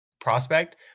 prospect